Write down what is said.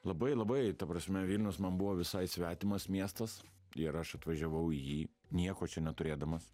labai labai ta prasme vilnius man buvo visai svetimas miestas ir aš atvažiavau į jį nieko čia neturėdamas